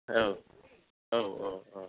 औ औ औ औ